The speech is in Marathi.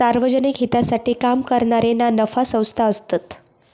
सार्वजनिक हितासाठी काम करणारे ना नफा संस्था असतत